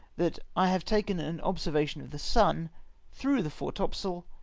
that i have taken an observation of the sun through the fore topsail,